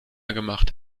gemacht